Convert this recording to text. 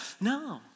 no